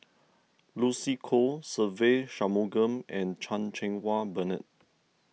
Lucy Koh Se Ve Shanmugam and Chan Cheng Wah Bernard